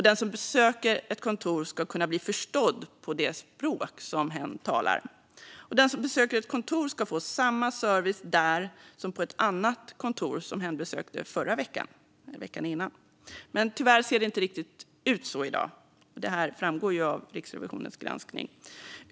Den som besöker ett kontor ska kunna bli förstådd på det språk hen talar, och den som besöker ett kontor ska också få samma service där som på ett annat kontor som hen besökte veckan innan. Tyvärr ser det inte riktigt ut så i dag, vilket framgår av Riksrevisionens granskning.